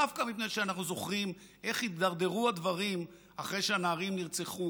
דווקא מפני שאנחנו זוכרים איך הידרדרו הדברים אחרי שהנערים נרצחו,